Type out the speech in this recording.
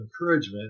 encouragement